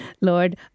lord